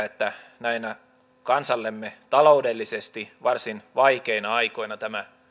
että näinä kansallemme taloudellisesti varsin vaikeina aikoina tämä